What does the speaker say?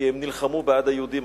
כי הם נלחמו בעד היהודים.